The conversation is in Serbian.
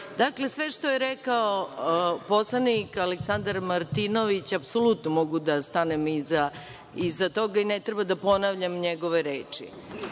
su. Dakle, sve što je rekao poslanik Aleksandar Martinović apsolutno mogu da stanem iza toga i ne treba da ponavljam njegove